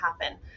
happen